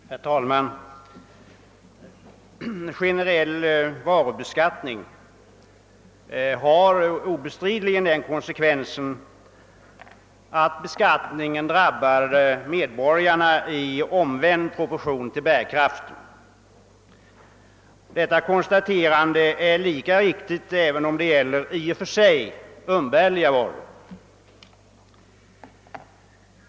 Herr talman! Generell varubeskattning har obestridligen den konsekvensen att beskattningen drabbar medborgarna i omvänd proportion till bärkraften. Detta konstaterande är viktigt även om det gäller i och för sig umbärliga varor.